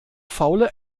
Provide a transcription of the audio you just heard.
faule